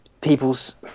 people's